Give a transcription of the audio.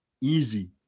Easy